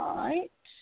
right